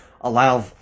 allow